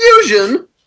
Fusion